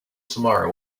tomorrow